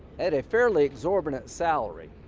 at a fairly exorbitant salary.